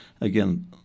again